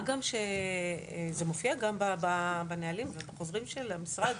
מה גם שזה מופיע בנהלים ובחוזרים של המשרד,